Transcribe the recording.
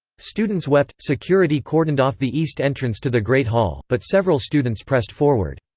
students wept security cordoned off the east entrance to the great hall, but several students pressed forward.